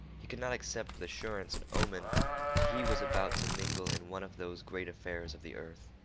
he could not accept with assurance an omen that he was about to mingle in one of those great affairs of the earth.